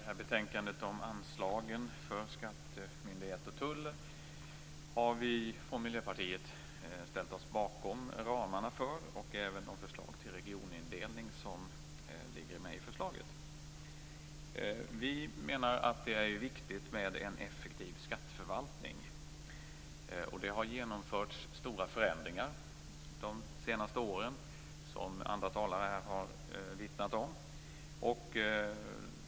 Fru talman! Vi i Miljöpartiet har ställt oss bakom det här betänkandet om anslagen till skattemyndigheten och Tullen. Det gäller även det förslag till regionindelning som finns med i förslaget. Vi menar att det är viktigt med en effektiv skatteförvaltning. Det har under de senaste åren genomförts stora förändringar på det här området, som andra talare har vittnat om.